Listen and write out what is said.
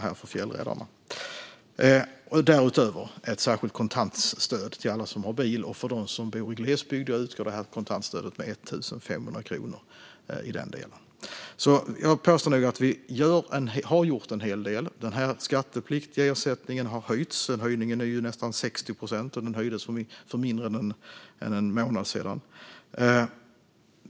Därutöver har vi föreslagit ett särskilt kontant stöd till alla som har bil, och för dem som bor i glesbygd utgår kontantstöd med 1 500 kronor. Jag påstår nog alltså att vi har gjort en hel del. Den skattepliktiga ersättningen har höjts för mindre än en månad sedan, och höjningen är nästan 60 procent.